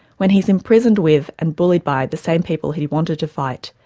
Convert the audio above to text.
when he's imprisoned with and bullied by the same people he'd wanted to fight,